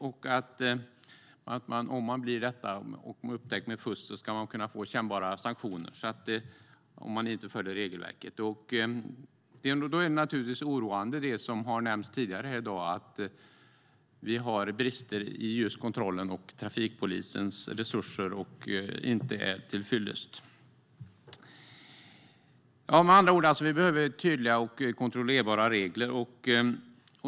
Om man blir upptäckt med fusk och inte följer regelverket ska man kunna få kännbara sanktioner. Det som har nämnts tidigare här i dag är naturligtvis oroande. Vi har brister i kontrollen, och trafikpolisens resurser är inte till fyllest. Vi behöver med andra ord tydliga och kontrollerbara regler.